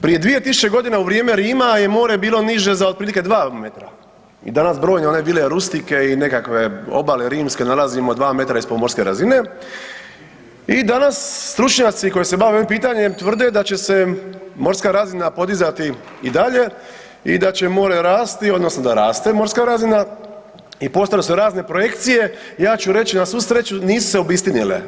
Prije 2000 g. u vrijeme Rima je more bilo niže za otprilike 2 metra, i danas brojne ove vile rustike i nekakve obale rimske nalazimo 2 m ispod morske razine i danas stručnjaci koji se bave ovim pitanjem, tvrde da će se morska razina podizati i dalje i da će more rasti odnosno da raste morska razina i postale su razne projekcije, ja ću reći. na svu sreću nisu se obistinile.